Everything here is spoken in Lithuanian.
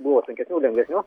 buvo sunkesnių lengvesnių